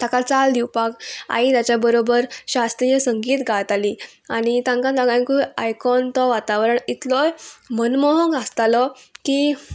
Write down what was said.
ताका चाल दिवपाक आई ताच्या बरोबर शास्त्रीय संगीत गाताली आनी तांकां दोगांयकूय आयकोन तो वातावरण इतलोय मनमोह आसतालो की